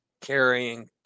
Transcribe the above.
carrying